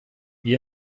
wir